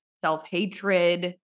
self-hatred